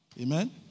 Amen